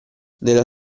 nella